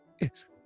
Yes